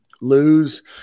lose